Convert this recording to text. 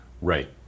Right